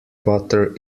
butter